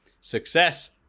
Success